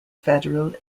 federal